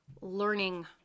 learning